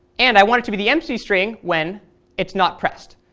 and i want it to be the empty string when it's not pressed.